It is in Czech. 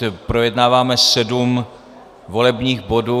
Projednáváme sedm volebních bodů.